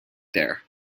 there